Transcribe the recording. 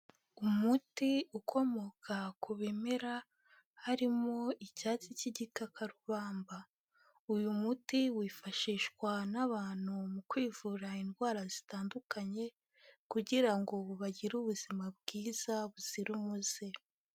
Umuti ukomoka ku bimera, harimo icyatsi cy'igitakarubamba, uyu muti wifashishwa n'abantu mu kwivura indwara zitandukanye, kugira ngo bagire ubuzima bwiza buzira umuze.